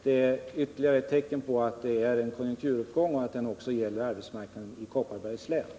Det är ytterligare ett tecken på att konjunkturen går uppåt och att det också gäller arbetsmarknaden i Kopparbergs län.